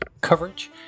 coverage